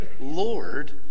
Lord